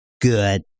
good